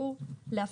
אז אם